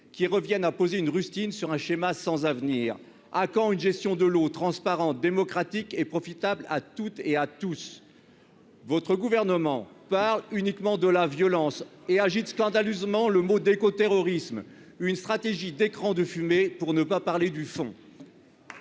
qu'il revienne à poser une rustine sur un schéma sans avenir, à quand une gestion de l'eau, transparent, démocratique et profitable à toutes et à tous votre gouvernement par uniquement de la violence et agite scandaleusement le mot d'éco-terrorisme une stratégie d'écran de fumée pour ne pas parler du fond.